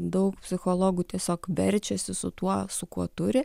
daug psichologų tiesiog verčiasi su tuo su kuo turi